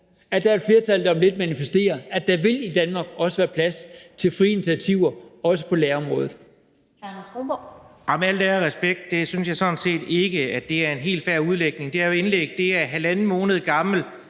at der er et flertal, der om lidt manifesterer, at der i Danmark også vil være plads til frie initiativer også på lærerområdet.